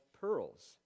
pearls